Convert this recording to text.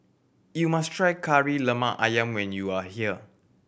you must try Kari Lemak Ayam when you are here